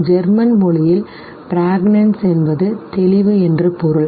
German மொழியில் Pragnanz என்பது தெளிவு என்று பொருள்